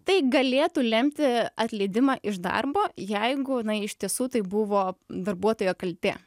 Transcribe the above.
tai galėtų lemti atleidimą iš darbo jeigu na iš tiesų tai buvo darbuotojo kaltė